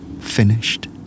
Finished